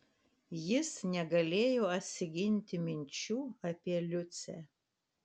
jis negalėjo atsiginti minčių apie liucę